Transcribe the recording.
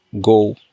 go